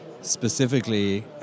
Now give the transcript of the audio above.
specifically